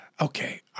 Okay